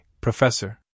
professor